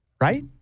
right